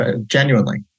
Genuinely